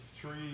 three